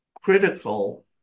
critical